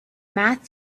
math